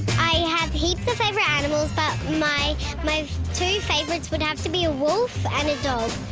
i have heaps of favourite animals, but my my two favourites would have to be a wolf and a dog.